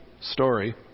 story